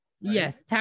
Yes